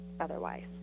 otherwise